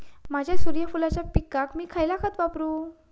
माझ्या सूर्यफुलाच्या पिकाक मी खयला खत वापरू?